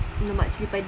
lemak cili padi